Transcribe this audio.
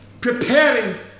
preparing